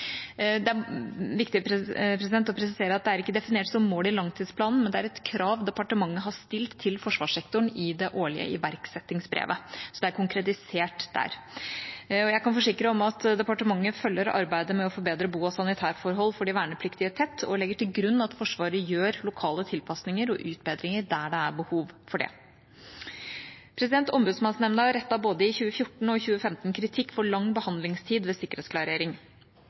Det er viktig å presisere at det ikke er definert som mål i langtidsplanen, men det er et krav departementet har stilt til forsvarssektoren i det årlige iverksettingsbrevet, så det er konkretisert der. Jeg kan forsikre om at departementet følger arbeidet med å forbedre bo- og sanitærforhold for de vernepliktige tett, og legger til grunn at Forsvaret gjør lokale tilpasninger og utbedringer der det er behov for det. Ombudsmannsnemnda rettet både i 2014 og 2015 kritikk mot for lang behandlingstid ved sikkerhetsklarering.